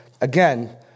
again